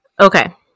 Okay